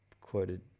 quoted